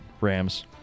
Rams